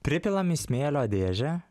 pripilam į smėlio dėžę